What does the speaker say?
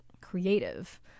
creative